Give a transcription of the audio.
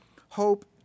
hope